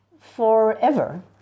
forever